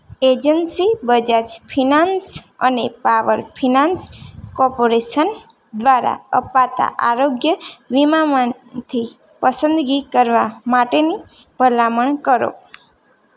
agency Bajaj finance અને power finance corporation દ્વારા અપાતાં આરોગ્ય વીમામાંથી પસંદગી કરવા માટેની ભલામણ કરો